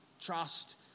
trust